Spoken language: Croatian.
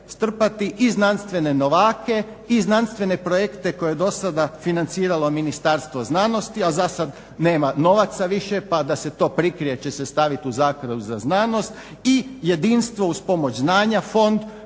strpati i znanstvene novake i znanstvene projekte koje je do sada financiralo Ministarstvo znanosti, a za sad nema novaca više pa da se to prikrije će se staviti u Zakladu za znanost. I jedinstvo uz pomoć znanja, fond